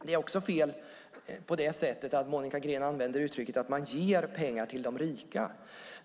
Det är fel också på det sättet att Monica Green använder uttrycket att man ger pengar till de rika.